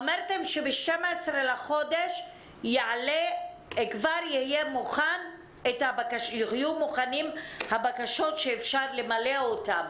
אמרתם שב-12 בחודש כבר יהיו מוכנות הבקשות שאפשר למלא אותן.